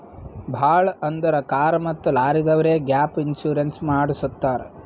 ಭಾಳ್ ಅಂದುರ್ ಕಾರ್ ಮತ್ತ ಲಾರಿದವ್ರೆ ಗ್ಯಾಪ್ ಇನ್ಸೂರೆನ್ಸ್ ಮಾಡುಸತ್ತಾರ್